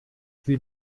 sie